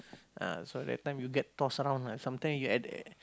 ah so that time you get tossed around sometime lah you at the